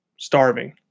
Starving